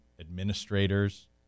administrators